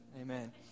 Amen